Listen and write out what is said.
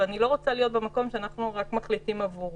ואני לא רוצה להיות במקום שאנחנו מחליטים בעבורו,